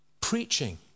Preaching